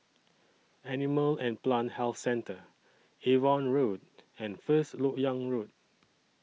Animal and Plant Health Centre Avon Road and First Lok Yang Road